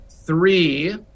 Three